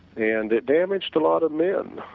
and it damaged a lot of men,